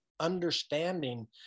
understanding